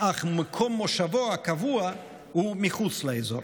אך מקום מושבו הקבוע הוא מחוץ לאזור.